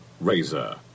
razor